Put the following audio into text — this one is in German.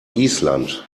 island